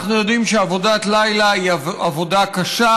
אנחנו יודעים שעבודת לילה היא עבודה קשה,